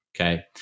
Okay